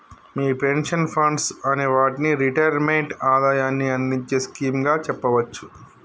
మీ pension funds అనే వాటిని retirement ఆదాయాన్ని అందించే స్కీమ్ గా చెప్పవచ్చు